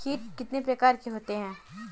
कीट कितने प्रकार के होते हैं?